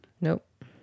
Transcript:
Nope